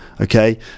Okay